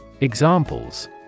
Examples